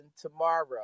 tomorrow